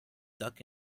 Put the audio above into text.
duck